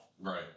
Right